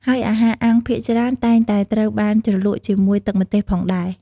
ហើយអាហារអាំងភាគច្រើនតែងតែត្រូវបានជ្រលក់ជាមួយទឹកម្ទេសផងដែរ។